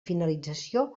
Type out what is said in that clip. finalització